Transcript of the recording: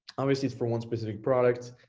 obviously is for one specific product.